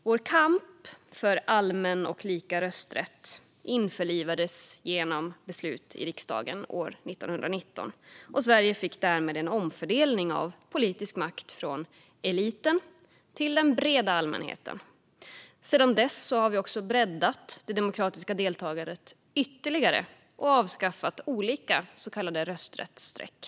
Vår kamp för allmän och lika rösträtt resulterade i ett beslut i riksdagen 1919, och Sverige fick därmed en omfördelning av politisk makt från eliten till den breda allmänheten. Sedan dess har vi breddat det demokratiska deltagandet ytterligare och avskaffat olika så kallade rösträttsstreck.